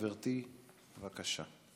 גברתי, בבקשה.